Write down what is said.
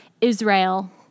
Israel